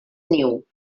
niu